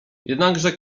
jednakże